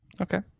Okay